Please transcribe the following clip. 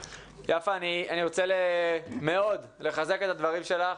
יפה, אני מאוד רוצה לחזק את הדברים שלך.